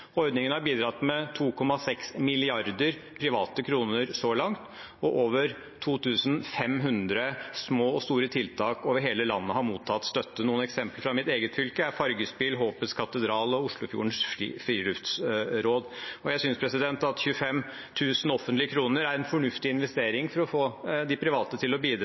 Ordningen har bidratt med 2,6 mrd. private kroner så langt, og over 2 500 små og store tiltak over hele landet har mottatt støtte. Noen eksempler fra mitt eget fylke er Fargespill, Håpets katedral og Oslofjordens Friluftsråd. Jeg synes 25 000 offentlige kroner er en fornuftig investering for å få de private til å bidra